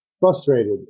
Frustrated